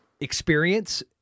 experience